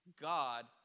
God